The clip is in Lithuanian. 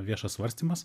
viešas svarstymas